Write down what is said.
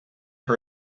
her